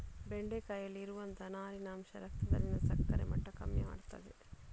ಬೆಂಡೆಕಾಯಿಯಲ್ಲಿ ಇರುವಂತಹ ನಾರಿನ ಅಂಶ ರಕ್ತದಲ್ಲಿನ ಸಕ್ಕರೆ ಮಟ್ಟ ಕಮ್ಮಿ ಮಾಡ್ತದೆ